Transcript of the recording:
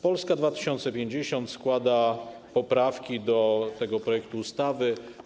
Polska 2050 składa poprawki do tego projektu ustawy.